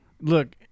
Look